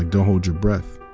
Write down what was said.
ah don't hold your breath.